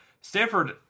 Stanford